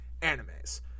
animes